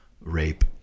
rape